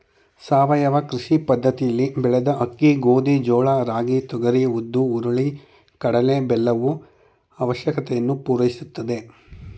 ಸಾವಯವ ಕೃಷಿ ಪದ್ದತಿಲಿ ಬೆಳೆದ ಅಕ್ಕಿ ಗೋಧಿ ಜೋಳ ರಾಗಿ ತೊಗರಿ ಉದ್ದು ಹುರುಳಿ ಕಡಲೆ ಬೆಲ್ಲವು ಅವಶ್ಯಕತೆಯನ್ನು ಪೂರೈಸುತ್ತದೆ